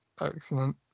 Excellent